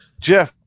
Jeff